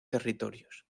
territorios